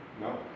No